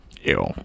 Ew